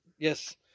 Yes